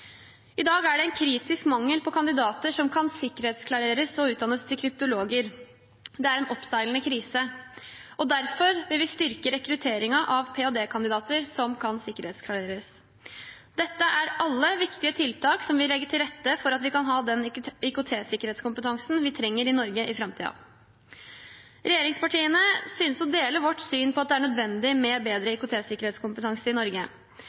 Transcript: I dag er det en kritisk mangel på kandidater som kan sikkerhetsklareres og utdannes til kryptologer. Det er en krise under oppseiling. Derfor vil vi styrke rekrutteringen av ph.d.-kandidater som kan sikkerhetsklareres. Dette er alle viktige tiltak som vil legge til rette for at vi kan ha den IKT-sikkerhetskompetansen vi trenger i Norge i framtiden. Regjeringspartiene synes å dele vårt syn på at det er nødvendig med bedre IKT-sikkerhetskompetanse i Norge.